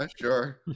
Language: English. sure